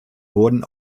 wurden